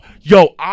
Yo